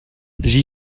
j’y